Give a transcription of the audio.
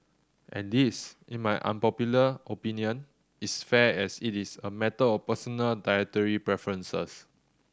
and this in my unpopular opinion is fair as it is a matter of personal dietary preferences